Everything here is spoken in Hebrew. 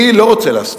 אני לא רוצה להסתיר: